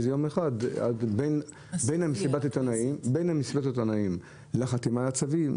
בין מסיבת העיתונאים לחתימה על הצווים,